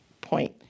point